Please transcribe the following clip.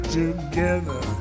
together